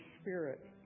Spirit